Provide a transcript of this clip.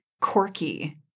Corky